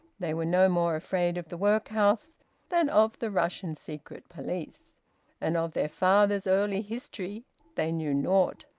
they were no more afraid of the workhouse than of the russian secret police and of their father's early history they knew naught.